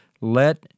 Let